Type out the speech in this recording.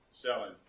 selling